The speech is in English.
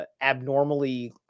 Abnormally